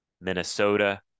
Minnesota